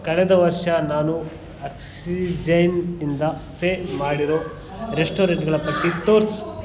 ಕಳೆದ ವರ್ಷ ನಾನು ಆ್ಯಕ್ಸಿಜೆನ್ನಿಂದ ಪೇ ಮಾಡಿರೋ ರೆಸ್ಟೊರೆಂಟ್ಗಳ ಪಟ್ಟಿ ತೋರಿಸು